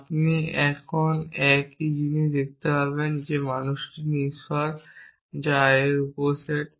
আপনি একই জিনিস দেখতে পারেন যে মানুষটি নশ্বর i এর উপসেট